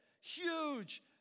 huge